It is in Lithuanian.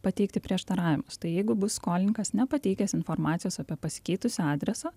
pateikti prieštaravimus tai jeigu bus skolininkas nepateikęs informacijos apie pasikeitusį adresą